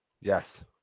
Yes